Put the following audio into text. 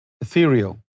Ethereal